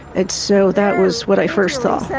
and so that was what i first saw.